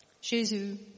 Jesus